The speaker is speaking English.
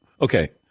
Okay